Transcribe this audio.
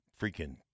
freaking